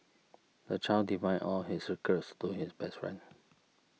the child divine all his secrets to his best friend